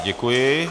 Děkuji.